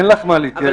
אין לך מה להתייאש.